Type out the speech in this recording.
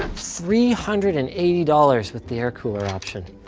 three hundred and eighty dollars with the air cooler option.